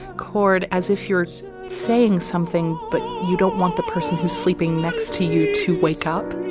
chord, as if you're saying something, but you don't want the person who's sleeping next to you to wake up.